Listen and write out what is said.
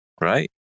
right